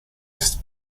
ice